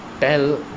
tell